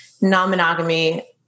non-monogamy